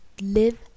live